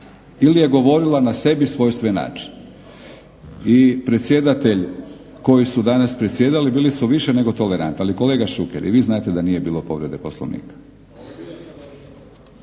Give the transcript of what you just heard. ili je govorila na sebi svojstven način. I predsjedatelji koji su danas predsjedali bili su više nego tolerantni. Ali kolega Šuker, i vi znate da nije bilo povrede Poslovnika.